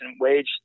wage